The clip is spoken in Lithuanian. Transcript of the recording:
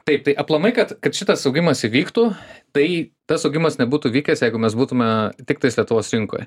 taip tai aplamai kad kad šitas augimas įvyktų tai tas augimas nebūtų vykęs jeigu mes būtume tiktais lietuvos rinkoj